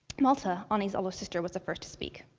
malta, anie's older sister, was the first to speak.